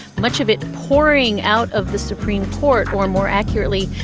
much of it pouring out of the supreme court or more accurately,